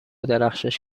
درخشش